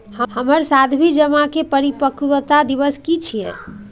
हमर सावधि जमा के परिपक्वता दिवस की छियै?